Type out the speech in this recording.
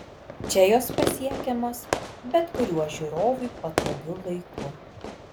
čia jos pasiekiamos bet kuriuo žiūrovui patogiu laiku